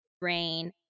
brain